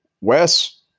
wes